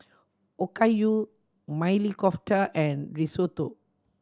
Okayu Maili Kofta and Risotto